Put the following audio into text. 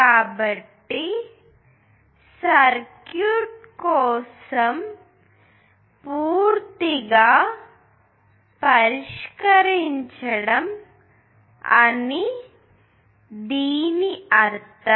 కాబట్టి సర్క్యూట్ కోసం పూర్తిగా పరిష్కరించడం అని దీని అర్థం